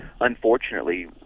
Unfortunately